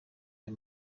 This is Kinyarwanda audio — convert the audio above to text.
aya